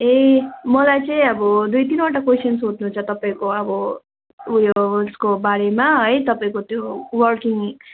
ए मलाई चाहिँ अब दुई तिनवटा कोइसन सोध्नु छ तपाईँको अब उयो उसको बारेमा है तपाईँको त्यो वर्किङ